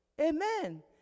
Amen